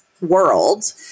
world